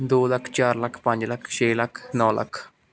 ਦੋ ਲੱਖ ਚਾਰ ਲੱਖ ਪੰਜ ਲੱਖ ਛੇ ਲੱਖ ਨੌ ਲੱਖ